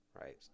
right